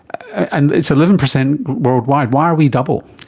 and it's eleven percent worldwide. why are we double?